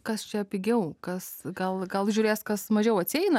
kas čia pigiau kas gal gal žiūrės kas mažiau atsieina